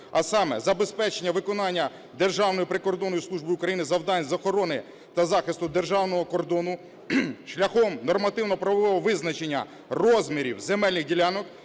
а саме: забезпечення виконання Державною прикордонною службою України завдань з охорони та захисту державного кордону шляхом нормативно-правового визначення розмірів земельних ділянок,